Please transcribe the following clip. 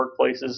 workplaces